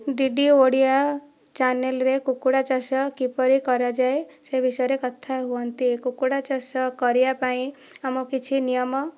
DD Odia ଚାନେଲରେ କୁକୁଡ଼ା ଚାଷ କିପରି କରାଯାଏ ସେ ବିଷୟରେ କଥା ହୁଅନ୍ତି କୁକୁଡ଼ା ଚାଷ କରିବା ପାଇଁ ଆମ କିଛି ନିୟମ